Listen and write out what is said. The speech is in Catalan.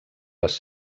les